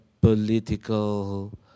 political